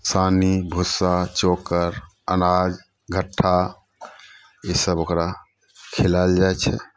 सानी भुस्सा चोकर अनाज घट्ठा ईसभ ओकरा खिलायल जाइ छै